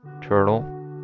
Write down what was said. turtle